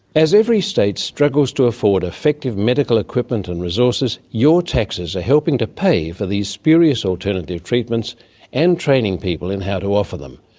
as every state struggles to afford effective medical equipment and resources your taxes are helping to pay for these spurious alternative treatments and training people in how to offer them,